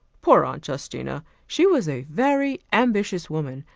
poor aunt justina! she was a very ambitious woman,